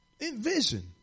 Envision